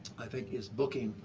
i think, is booking.